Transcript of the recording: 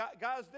Guys